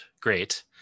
great